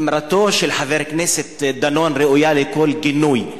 אמירתו של חבר הכנסת דנון ראויה לכל גינוי,